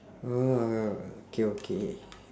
okay okay